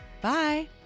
Bye